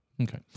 Okay